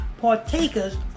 partakers